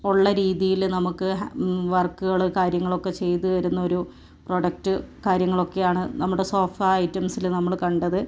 ഉള്ള രീതിയിൽ നമുക്ക് വർക്കുകൾ കാര്യങ്ങളൊക്കെ ചെയ്തു തരുന്ന ഒരു പ്രൊഡക്ട് കാര്യങ്ങളൊക്കെ ആണ് നമ്മുടെ സോഫ ഐറ്റംസിൽ നമ്മൾ കണ്ടത്